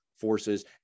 forces